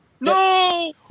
No